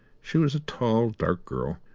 she was a tall dark girl,